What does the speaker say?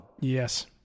yes